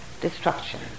destruction